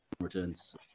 returns